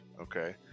Okay